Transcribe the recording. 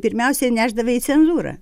pirmiausiai nešdavai į cenzūrą